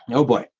and oh boy.